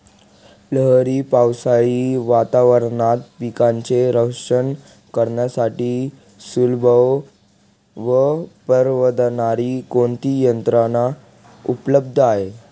लहरी पावसाळी वातावरणात पिकांचे रक्षण करण्यासाठी सुलभ व परवडणारी कोणती यंत्रणा उपलब्ध आहे?